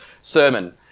sermon